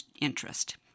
interest